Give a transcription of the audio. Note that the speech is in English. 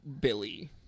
Billy